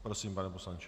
Prosím, pane poslanče.